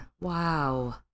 Wow